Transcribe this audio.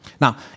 Now